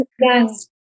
Yes